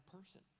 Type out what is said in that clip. person